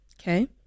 Okay